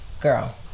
girl